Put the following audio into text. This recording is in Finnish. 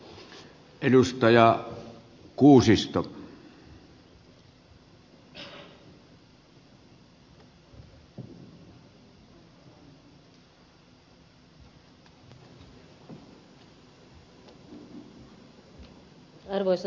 arvoisa puhemies